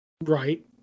right